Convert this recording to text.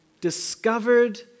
discovered